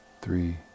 three